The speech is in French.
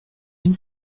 une